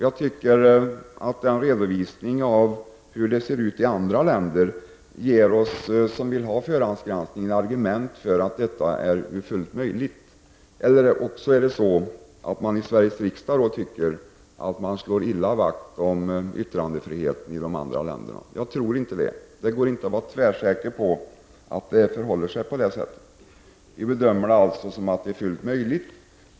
Jag tycker att redovisningen av hur det ser ut i andra länder ger oss som vill ha förhandsgranskning argument för att detta är fullt möjligt. I annat fall är det så, att man i Sveriges riksdag tycker att man slår illa vakt om yttrandefriheten i de andra länderna. Jag tror inte det. Det går inte att vara tvärsäker på att det förhåller sig på det sättet. Vi bedömer det således som fullt möjligt.